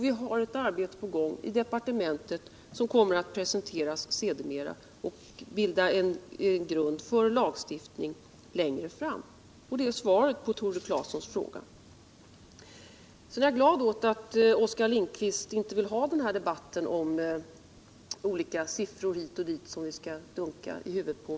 Vi har ett arbete på gång i departementet som kommer att bilda grund för en lagstiftning längre fram. Det är svaret på Tore Claesons fråga. Jag är glad för att Oskar Lindkvist inte vill ha debatten om olika siffror hit och dit som vi skall dunka varandra i huvudet med.